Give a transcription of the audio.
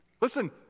Listen